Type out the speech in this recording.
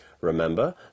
Remember